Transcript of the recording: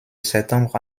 septembre